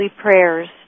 prayers